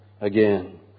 again